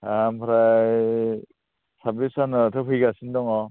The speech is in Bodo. ओमफ्राय साब्बिस जानुवारिआथ' फैगासिनो दङ